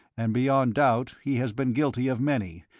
and beyond doubt he has been guilty of many,